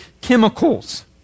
chemicals